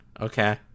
Okay